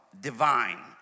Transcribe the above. divine